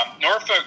Norfolk